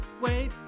Wait